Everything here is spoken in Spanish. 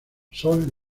son